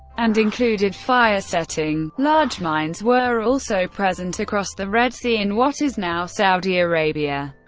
and included fire-setting. large mines were also present across the red sea in what is now saudi arabia.